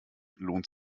lohnt